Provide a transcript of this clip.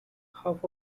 half